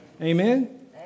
amen